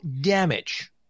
damage